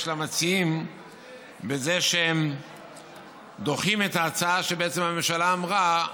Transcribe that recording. למציעים בזה שהם דוחים את ההצעה שהממשלה אמרה: